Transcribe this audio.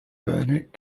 burnett